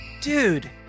Dude